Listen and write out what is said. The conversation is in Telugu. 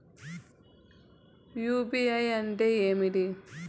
యు.పి.ఐ అంటే ఏమి?